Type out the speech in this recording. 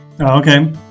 Okay